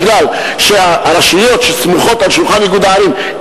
מכיוון שהרשויות שסמוכות על שולחן איגוד הערים,